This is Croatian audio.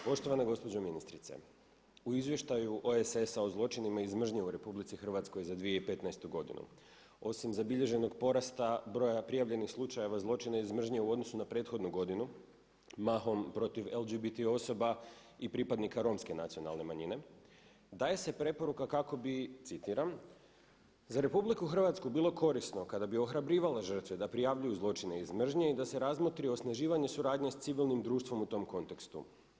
Poštovana gospođo ministrice, u izvještaju OESS-a o zločinima iz mržnje u RH za 2015. godinu osim zabilježenog porasta broja prijavljenih slučajeva zločina iz mržnje u odnosu na prethodnu godinu mahom protiv LGBT osoba i pripadnika Romske nacionalne manjine, daje se preporuka kako bi, citiram: „… za Republiku Hrvatsku bilo korisno kada bi ohrabrivali žrtve da prijavljuju zločine iz mržnje i da se razmotri osnaživanje suradnje sa civilnim društvom u tom kontekstu.